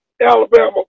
Alabama